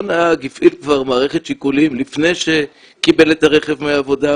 אותו נהג הפעיל מערכת שיקולים לפני שהוא קיבל את הרכב מהעבודה,